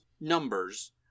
numbers